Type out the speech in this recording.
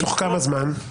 תוך כמה זמן?